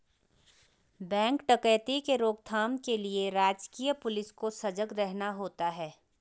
bank डकैती के रोक थाम के लिए राजकीय पुलिस को सजग रहना होता है